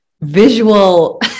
visual